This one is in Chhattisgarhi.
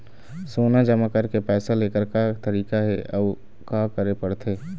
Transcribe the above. सोना जमा करके पैसा लेकर का तरीका हे अउ का करे पड़थे?